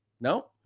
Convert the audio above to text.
No